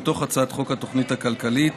מתוך הצעת חוק התוכנית הכלכלית